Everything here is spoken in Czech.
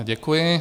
Děkuji.